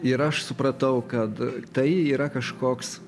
ir aš supratau kad tai yra kažkoks